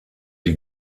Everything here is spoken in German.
die